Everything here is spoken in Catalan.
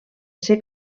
ser